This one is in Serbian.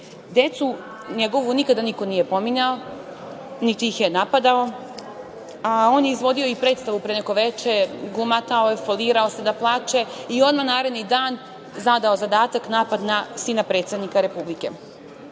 decu nikada niko nije pominjao, niti ih je napadao, a on je izvodio i predstavu pre neko veče, glumatao i folirao se da plače i odmah naredni dan zadao zadatak - napad na sina predsednika Republike.